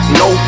no